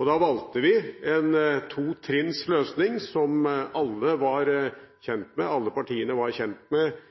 Da valgte vi en totrinns løsning som alle partiene var kjent med